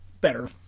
better